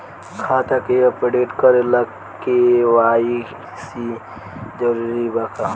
खाता के अपडेट करे ला के.वाइ.सी जरूरी बा का?